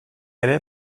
ere